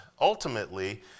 ultimately